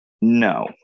No